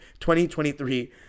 2023